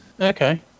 okay